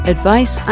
Advice